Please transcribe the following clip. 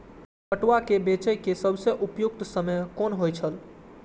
पटुआ केय बेचय केय सबसं उपयुक्त समय कोन होय छल?